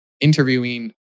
interviewing